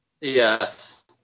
Yes